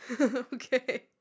Okay